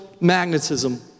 magnetism